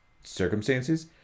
circumstances